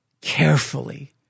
carefully